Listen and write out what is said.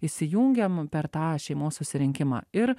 įsijungiam per tą šeimos susirinkimą ir